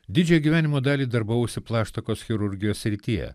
didžiąją gyvenimo dalį darbavausi plaštakos chirurgijos srityje